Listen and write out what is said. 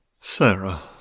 Sarah